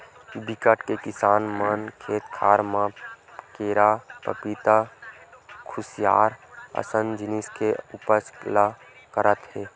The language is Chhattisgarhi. बिकट के किसान मन खेत खार म केरा, पपिता, खुसियार असन जिनिस के उपज ल करत हे